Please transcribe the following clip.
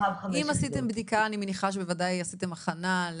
אם עשיתם בדיקה, אני מניחה שבוודאי עשיתם הכנה.